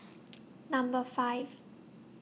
Number five